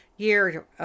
year